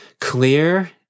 Clear